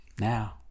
now